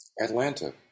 Atlanta